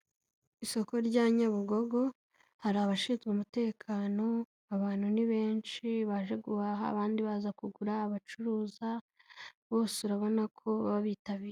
Isoko rya Nyabugogo hari abashinzwe umutekano, abantu ni benshi baje guhaha, abandi baza kugura, abacuruza, bose urabona ko baba bitabiye.